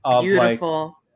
beautiful